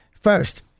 First